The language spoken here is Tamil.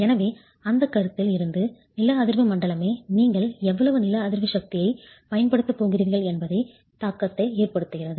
எனவே அந்த கருத்தில் இருந்து நில அதிர்வு மண்டலமே நீங்கள் எவ்வளவு நில அதிர்வு சக்தியைப் பயன்படுத்தப் போகிறீர்கள் என்பதில் தாக்கத்தை ஏற்படுத்துகிறது